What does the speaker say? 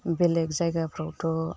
बेलेक जायगाफ्रावथ'